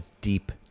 deep